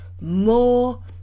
more